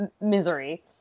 misery